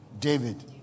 David